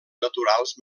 naturals